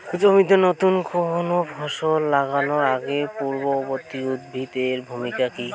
জমিতে নুতন কোনো ফসল লাগানোর আগে পূর্ববর্তী উদ্ভিদ এর ভূমিকা কি?